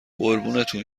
قربونتون